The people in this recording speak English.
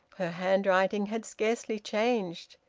her handwriting had scarcely changed.